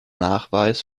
nachweis